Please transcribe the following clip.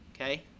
okay